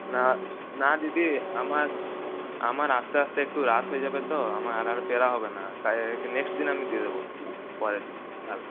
না না দিদি আমার আমার আসতে আসতে একটু রাত হয়ে যাবে তো আমার আজ আর ফেরা হবে না তাই নেক্সট দিন আমি দিয়ে দেব পরের দিন কাল